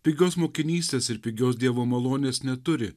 pigios mokinystės ir pigios dievo malonės neturi